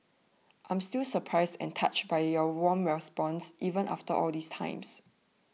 I'm still surprised and touched by your warm responses even after all this time